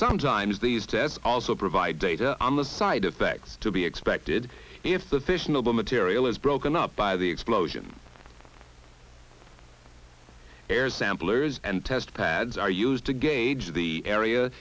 sometimes these tests also provide data on the side effects to be expected if the fissionable material is broken up by the explosion air sample areas and test pads are used to gauge the area